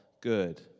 good